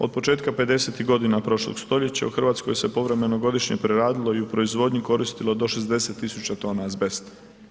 Od početka pedesetih godina prošlog stoljeća u Hrvatskoj se povremeno godišnje preradilo i u proizvodnji koristilo do 60 tisuća tona azbesta.